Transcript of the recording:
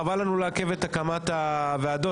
חבל לנו לעכב את הקמת הוועדות,